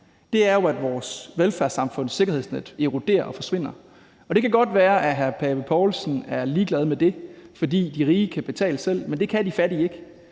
er jo, at vores velfærdssamfunds sikkerhedsnet eroderer og forsvinder. Og det kan godt være, at hr. Søren Pape Poulsen er ligeglad med det, fordi de rige kan betale selv. Men det kan de fattige ikke,